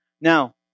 Now